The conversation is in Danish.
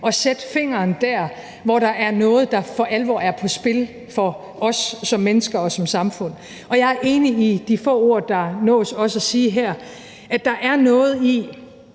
at sætte fingeren der, hvor der er noget, der for alvor er på spil for os som mennesker og som samfund. Jeg er enig i de få ord, der blev nået at blive sagt her, nemlig at der er noget i,